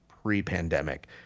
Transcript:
Pre-pandemic